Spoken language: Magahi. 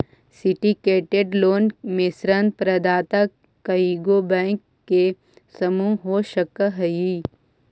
सिंडीकेटेड लोन में ऋण प्रदाता कइएगो बैंक के समूह हो सकऽ हई